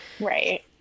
Right